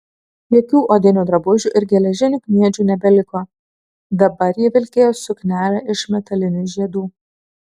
jokių odinių drabužių ir geležinių kniedžių nebeliko dabar ji vilkėjo suknelę iš metalinių žiedų